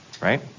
Right